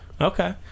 Okay